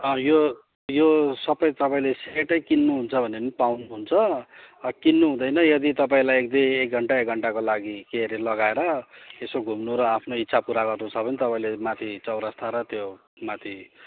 यो यो सबै तपाईँले सेटै किन्नुहुन्छ भने पनि पाउनुहुन्छ किन्नु हुँदैन यदि तपाईँलाई एक घन्टा एक घन्टाको लागि के हरे लगाएर यसो घुम्नु र आफ्नो इच्छा पुरा गर्नु छ भने तपाईँले माथि चौरस्ता र त्यो माथि